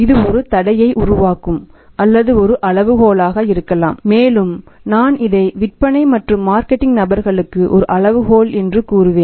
இது ஒரு தடையை உருவாக்கும் அல்லது ஒரு அளவுகோலாக இருக்கலாம் மேலும் நான் இதை விற்பனை மற்றும் மார்க்கெட்டிங் நபர்களுக்கு ஒரு அளவுகோல் என்று கூறுவேன்